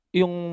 yung